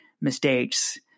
mistakes